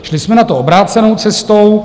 Šli jsme na to obrácenou cestou.